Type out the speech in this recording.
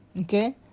Okay